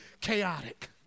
chaotic